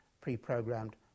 pre-programmed